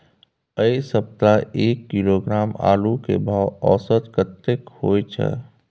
ऐ सप्ताह एक किलोग्राम आलू के भाव औसत कतेक होय छै?